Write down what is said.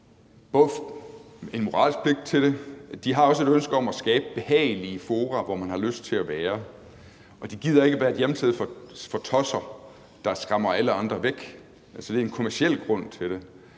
De har en moralsk pligt til det, og de har også et ønske om at skabe behagelige fora, hvor man har lyst til at være, og de gider ikke være et hjemsted for tosser, der skræmmer alle andre væk. Altså, det er en kommerciel grund til det.